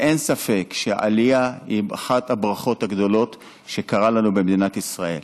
אין ספק שהעלייה היא אחת הברכות הגדולות שקרו לנו במדינת ישראל,